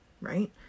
right